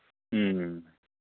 ꯎꯝ